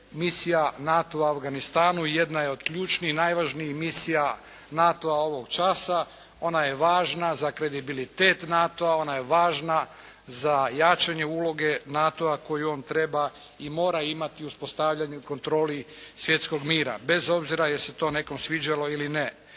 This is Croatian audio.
Misija NATO-a u Afganistanu jedna je od ključnih, najvažnijih misija NATO-a ovog časa. Ona je važna za kredibilitet NATO-a. Ona je važna za jačanje uloge NATO-a koju on treba i mora imati u uspostavljanju kontroli svjetskog mira, bez obzira jel se to nekom sviđalo ili ne.